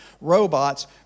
Robots